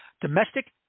domestic